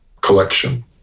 collection